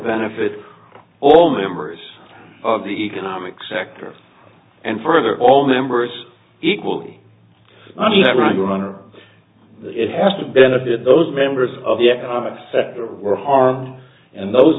benefit all members of the economic sector and further all members equally runner it has to benefit those members of the economic sector or harm and those